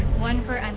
one for and